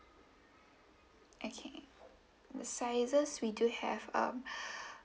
okay the sizes we do have um